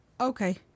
Okay